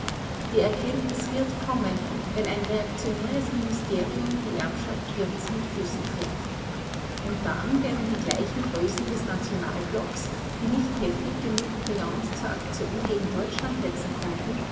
die erkenntnis wird kommen wenn ein reaktionäres ministerium die erbschaft wirths mit füßen tritt und dann werden die gleichen größen des nationalblocks die nicht heftig genug briand zur aktion gegen deutschland hetzen konnten